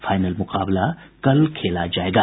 final मुकाबला कल खेला जायेगा